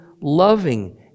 loving